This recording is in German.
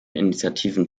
initiativen